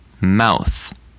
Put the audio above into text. Mouth